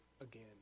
again